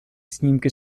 snímky